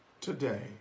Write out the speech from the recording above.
today